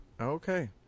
Okay